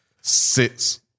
six